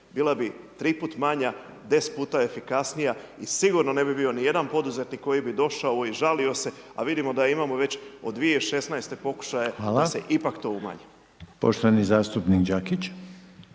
Bila bi 3 puta manja, 10 puta efikasnija i sigurno ne bi bio ni jedan poduzetnik koji bi došao i žalio se, a vidimo da imamo već od 2016. pokušaje da se ipak to umanji.